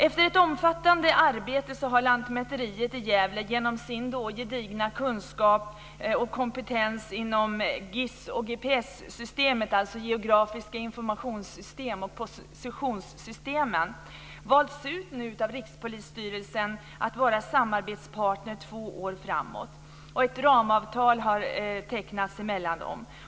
Efter ett omfattande arbete har Lantmäteriet i Gävle genom sin gedigna kunskap och kompetens inom GIS och GPS-systemen, alltså Geographic Information System och Global Positioning System, nu valts ut av Rikspolisstyrelsen att vara samarbetspartner två år framåt. Ett ramavtal har tecknats mellan dem.